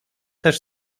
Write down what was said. też